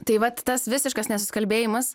tai vat tas visiškas nesusikalbėjimas